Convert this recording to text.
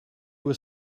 was